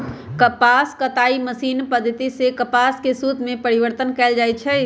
कपास कताई मशीनी पद्धति सेए कपास के सुत में परिवर्तन कएल जाइ छइ